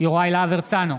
יוראי להב הרצנו,